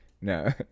no